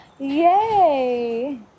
Yay